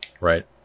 right